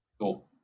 Cool